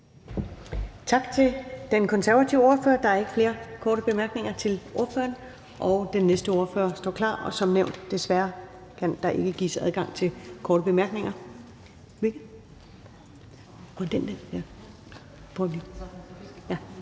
Tak til den konservative ordfører. Der er ikke flere korte bemærkninger til ordføreren. Den næste ordfører står klar, og som nævnt kan der desværre ikke gives adgang til korte bemærkninger.